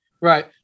right